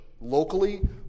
locally